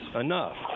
enough